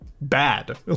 bad